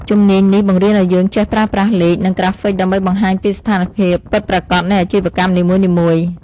ជំនាញនេះបង្រៀនឱ្យយើងចេះប្រើប្រាស់លេខ និងក្រាហ្វិកដើម្បីបង្ហាញពីស្ថានភាពពិតប្រាកដនៃអាជីវកម្មនីមួយៗ។